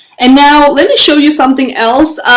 and now let me show you something else